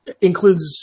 includes